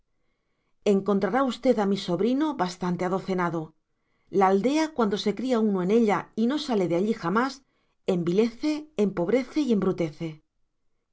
encontrará usted a mi sobrino bastante adocenado la aldea cuando se cría uno en ella y no sale de allí jamás envilece empobrece y embrutece